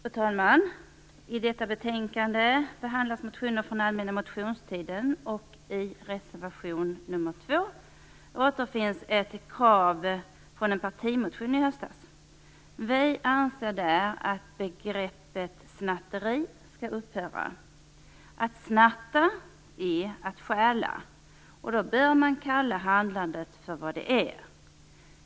Fru talman! I detta betänkande behandlas motioner från allmänna motionstiden, och i reservation 2 återfinns ett krav från en partimotion i höstas. Vi anser där att man skall upphöra att använda begreppet snatteri. Att snatta är att stjäla, och då bör man kalla handlandet för vad det är.